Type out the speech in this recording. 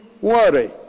worry